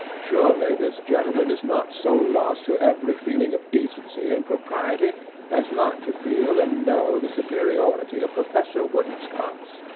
surely this gentleman is not so lost to every feeling of decency and propriety as not to feel and know the superiority of professor woodensconce?